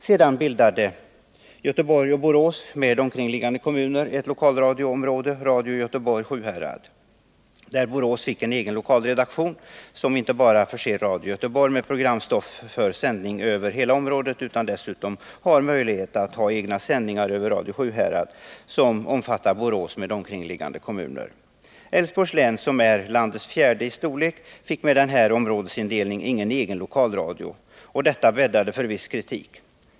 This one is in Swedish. Sedan bildade Göteborg och Borås med omkringliggande kommuner ett lokalradioområde — Radio Göteborg/Sjuhärad, där Borås fick en egen lokalredaktion, som inte bara förser Radio Göteborg med programstoff för sändning över hela området utan dessutom har möjlighet till egna sändningar över Radio Sjuhärad, som omfattar Borås med omkringliggande kommuner. Älvsborgs län, som är landets fjärde i storlek, fick med den här områdesindelningen ingen egen lokalradio, och detta bäddade för viss kritik.